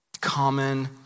Common